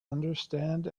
understand